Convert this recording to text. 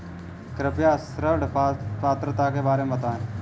कृपया ऋण पात्रता के बारे में बताएँ?